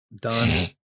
done